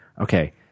Okay